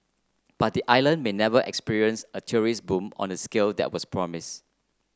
but the island may never experience a tourism boom on the scale that was promised